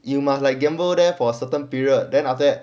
you must like gamble there for a certain period then after that